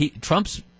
Trump's